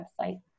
website